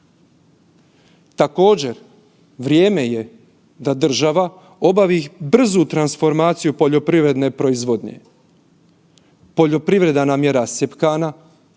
Također vrijeme je da država obavi brzu transformaciju poljoprivredne proizvodnje. Poljoprivreda nam je rascjepkana,